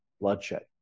bloodshed